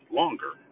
longer